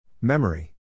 Memory